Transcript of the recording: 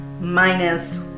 minus